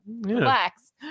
relax